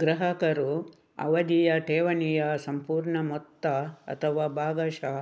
ಗ್ರಾಹಕರು ಅವಧಿಯ ಠೇವಣಿಯ ಸಂಪೂರ್ಣ ಮೊತ್ತ ಅಥವಾ ಭಾಗಶಃ